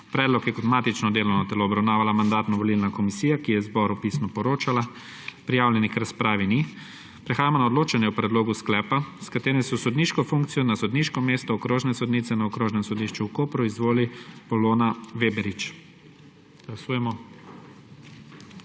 Predlog je kot matično delovno telo obravnavala Mandatno-volilna komisija, ki je zboru pisno poročala. Prijavljenih k razpravi ni. Prehajamo na odločanje o predlogu sklepa, s katerim se v sodniško funkcijo na sodniško mesto okrožne sodnice na Okrožnem sodišču v Kopru izvoli Polona Veberič.